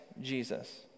Jesus